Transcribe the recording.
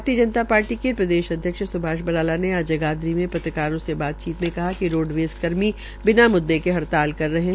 भारतीय जनता पार्टी के प्रदेशाध्क्षों सुभाष बराला ने आज जगाधरी में पत्रकारों से बातचीत में कहा कि रोडवेज़ कर्मी बिना म्द्दे के हड़ताल कर रहे है